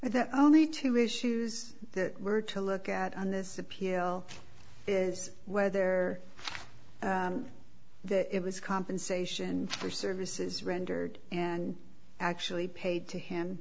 but that only two issues that were to look at on this appeal is whether it was compensation for services rendered and actually paid to him